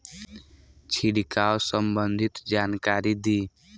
छिड़काव संबंधित जानकारी दी?